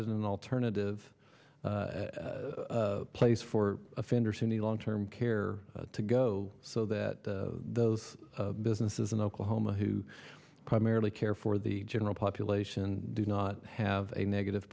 is an alternative place for offenders in the long term care to go so that those businesses in oklahoma who primarily care for the general population do not have a negative